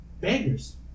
bangers